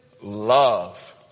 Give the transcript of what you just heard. love